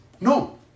No